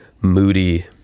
moody